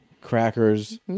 Crackers